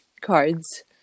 cards